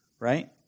right